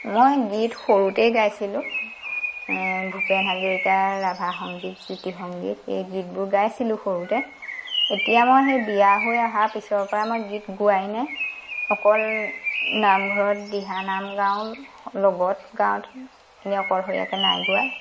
মই গীত সৰুতেই গাইছিলো ভূপেন হাজৰিকাৰ ৰাভা সংগীত জ্যোতি সংগীত এই গীতবোৰ গাইছিলো সৰুতে এতিয়া মই সেই বিয়া হৈ অহাৰ পিছৰ পা মই গীত গোৱাই নাই অকল নামঘৰত দিহা নাম গাওঁ লগত গাওঁ এনেই অকলশৰীয়াকৈ নাই গোৱা